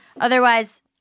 Otherwise